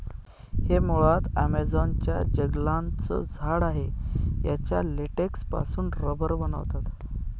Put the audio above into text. हे मुळात ॲमेझॉन च्या जंगलांचं झाड आहे याच्या लेटेक्स पासून रबर बनवतात